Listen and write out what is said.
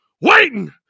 Waiting